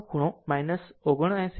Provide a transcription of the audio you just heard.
95 ખૂણો 79